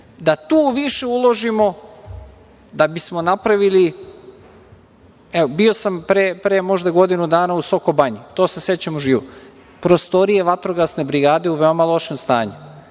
da tu više uložimo, da bismo napravili. Evo, bio sam pre možda godinu dana u Sokobanji, to se sećam. Prostorije vatrogasne brigade u veoma lošem stanju.